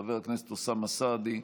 חבר הכנסת אוסאמה סעדי,